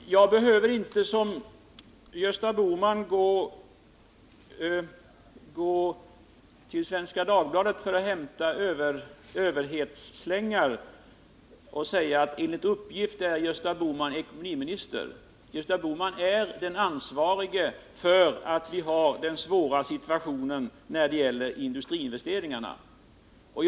Fru talman! Gösta Bohman anser tydligen att han måste gå till Svenska Dagbladet för att hämta överhetsslängar för att klara denna debatt. Men han kan inte komma ifrån ansvaret. Han är den ansvarige för den svåra investeringssituationen.